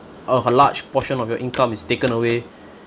uh a large portion of your income is taken away